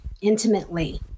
intimately